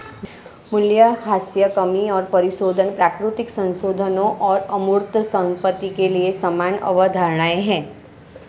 मूल्यह्रास कमी और परिशोधन प्राकृतिक संसाधनों और अमूर्त संपत्ति के लिए समान अवधारणाएं हैं